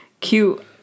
cute